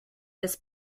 this